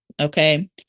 okay